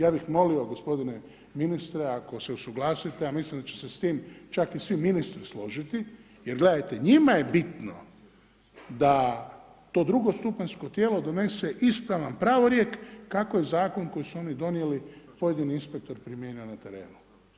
Ja bih molio gospodine ministre ako se usuglasite a mislim da će se s tim čak i svi ministri složiti jer gledajte, njima je bitno da to drugostupanjsko tijelo donese ispravan pravorijek kako zakon koji su oni donijeli pojedini bi inspektor primijenio na terenu.